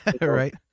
right